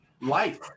life